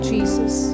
Jesus